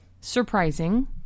surprising